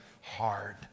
hard